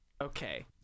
Okay